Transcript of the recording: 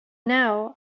now